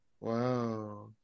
wow